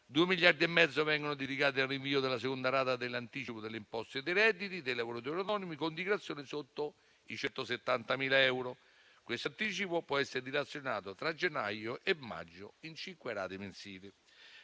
Due miliardi e mezzo vengono dedicati al rinvio della seconda rata dell'anticipo delle imposte dei redditi dei lavoratori autonomi con dichiarazione sotto i 170.000 euro. Questo anticipo può essere dilazionato tra gennaio e maggio in cinque rate mensili.